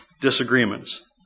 disagreements